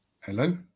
Hello